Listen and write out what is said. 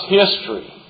history